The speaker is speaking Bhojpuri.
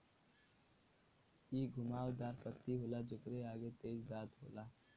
इ घुमाव दार पत्ती होला जेकरे आगे तेज दांत होखेला